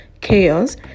chaos